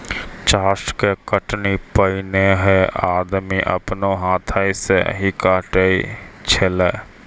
चास के कटनी पैनेहे आदमी आपनो हाथै से ही काटै छेलै